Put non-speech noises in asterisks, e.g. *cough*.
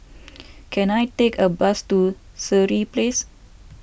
*noise* can I take a bus to Sireh Place